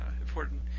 important